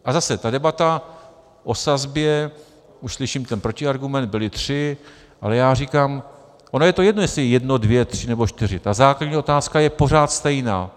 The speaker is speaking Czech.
A zase, ta debata o sazbě, už slyším ten protiargument, byly tři, ale já říkám ono je to jedno, jestli jedno, dvě, tři nebo čtyři, ta základní otázka je pořád stejná.